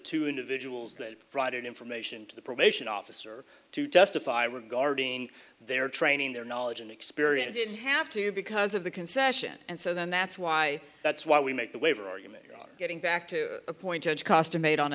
two individuals that provided information to the probation officer to testify regarding their training their knowledge and experience have to because of the concession and so then that's why that's why we make the waiver argument getting back to a point edge costa made on